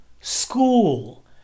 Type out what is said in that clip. school